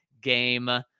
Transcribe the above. game